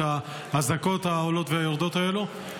את האזעקות העולות והיורדות האלה.